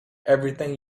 everything